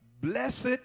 Blessed